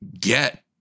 get